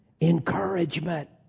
Encouragement